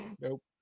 Nope